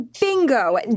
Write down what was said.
bingo